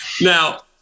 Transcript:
Now